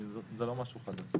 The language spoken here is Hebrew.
המודל הזה,